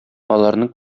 аларның